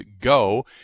go